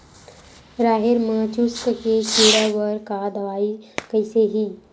राहेर म चुस्क के कीड़ा बर का दवाई कइसे ही?